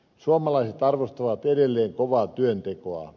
suomalaiset arvostavat edelleen kovaa työntekoa